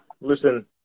listen